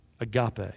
Agape